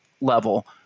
level